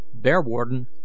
Bearwarden